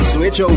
Switch